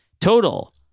total